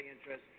interest